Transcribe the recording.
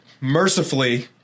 mercifully